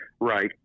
Right